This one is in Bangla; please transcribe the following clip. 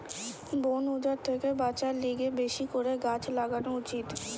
বন উজাড় থেকে বাঁচার লিগে বেশি করে গাছ লাগান উচিত